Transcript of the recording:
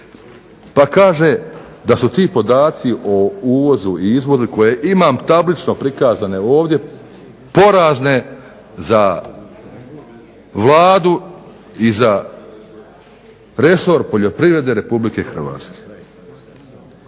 Pa kaže da su ti podaci o uvozu i izvozu koje imam tablično prikazane ovdje porazne za Vladu i za resor poljoprivrede RH.